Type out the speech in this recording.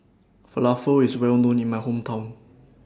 Falafel IS Well known in My Hometown